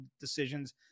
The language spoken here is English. decisions